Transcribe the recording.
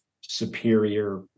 superior